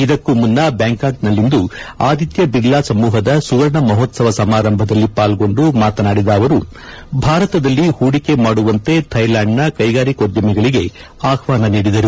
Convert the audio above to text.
ಇದಕ್ಕೂ ಮುನ್ನ ಬ್ಯಾಂಕಾಕ್ನಲ್ಲಿಂದು ಆದಿತ್ತ ಬಿರ್ಲಾ ಸಮೂಹದ ಸುವರ್ಣ ಮಹೋತ್ಸವ ಸಮಾರಂಭದಲ್ಲಿ ಪಾಲ್ಗೊಂಡು ಮಾತನಾಡಿದ ಅವರು ಭಾರತದಲ್ಲಿ ಹೂಡಿಕೆ ಮಾಡುವಂತೆ ಥೈಲ್ಯಾಂಡ್ನ ಕೈಗಾರಿಕೋದ್ದಮಿಗಳಗೆ ಆಹ್ಲಾನ ನೀಡಿದರು